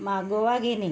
मागोवा घेणे